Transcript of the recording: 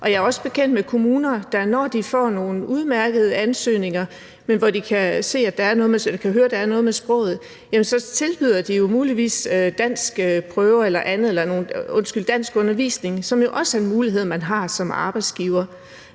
Jeg er også bekendt med kommuner, der, når de får nogle udmærkede ansøgninger, men hvor de kan høre, at der er noget med sproget, så muligvis tilbyder danskundervisning, som jo også er en mulighed, man har som arbejdsgiver.